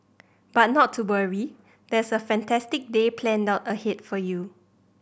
but not to worry there's a fantastic day planned out ahead for you